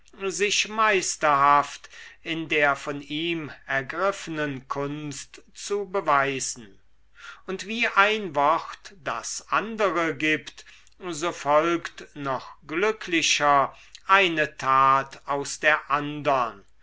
sich meisterhaft in der von ihm ergriffenen kunst zu beweisen und wie ein wort das andere gibt so folgt noch glücklicher eine tat aus der andern